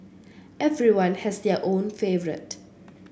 everyone has their own favourite